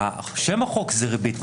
שם החוק הוא ריבית והצמדה.